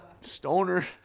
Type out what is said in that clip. Stoner